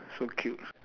so cute